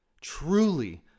truly